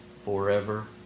forever